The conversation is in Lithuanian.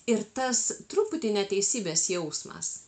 ir tas truputį neteisybės jausmas